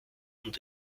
und